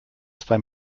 zwei